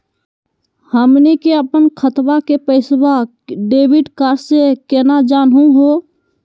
हमनी के अपन खतवा के पैसवा डेबिट कार्ड से केना जानहु हो?